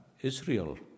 Israel